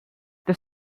the